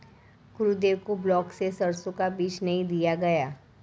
गुरुदेव को ब्लॉक से सरसों का बीज नहीं दिया गया